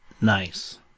Nice